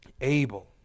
Abel